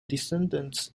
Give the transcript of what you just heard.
descendant